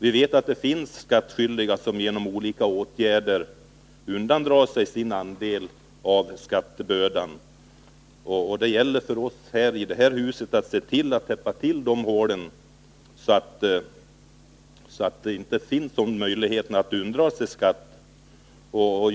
Vi vet att det finns skattskyldiga som genom olika åtgärder undandrar staten sin andel av skattebördan. Det gäller för oss i detta hus att täppa till det hål det här gäller, så att det inte finns sådana möjligheter till undandragande av skatt.